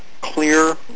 clear